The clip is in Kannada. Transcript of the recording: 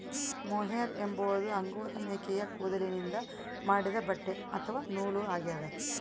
ಮೊಹೇರ್ ಎಂಬುದು ಅಂಗೋರಾ ಮೇಕೆಯ ಕೂದಲಿನಿಂದ ಮಾಡಿದ ಬಟ್ಟೆ ಅಥವಾ ನೂಲು ಆಗ್ಯದ